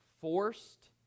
forced